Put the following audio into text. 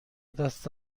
دست